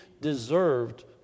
deserved